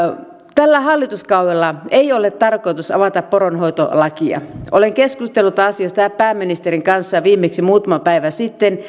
tällä hallituskaudella ei ole tarkoitus avata poronhoitolakia olen keskustellut asiasta pääministerin kanssa viimeksi muutama päivä sitten